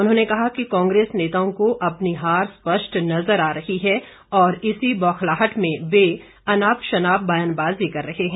उन्होंने कहा कि कांग्रेस नेताओं को अपनी हार स्पष्ट नजर आ रही है और इसी बौखलाहट में वे अनाप शनाप व्यानबाजी कर रहे हैं